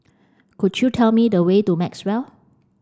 could you tell me the way to Maxwell